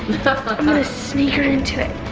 i'm going to sneak her into it.